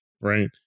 right